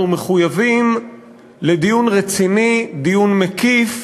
אנחנו מחויבים לדיון רציני, דיון מקיף,